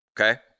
Okay